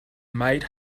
might